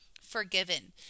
forgiven